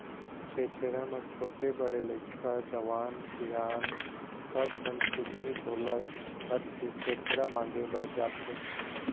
छेरछेरा म छोटे, बड़े लइका, जवान, सियान सब झन टुकनी झोला धरके छेरछेरा मांगे बर जाथें